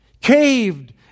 caved